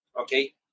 okay